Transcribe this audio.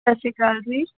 ਸਤਿ ਸ਼੍ਰੀ ਅਕਾਲ ਜੀ